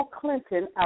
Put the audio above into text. Clinton